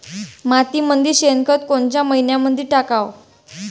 मातीमंदी शेणखत कोनच्या मइन्यामंधी टाकाव?